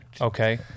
Okay